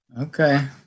Okay